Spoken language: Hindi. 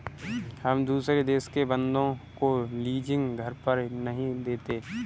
हम दुसरे देश के बन्दों को लीजिंग पर घर नहीं देते